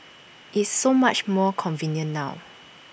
it's so much more convenient now